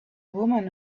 woman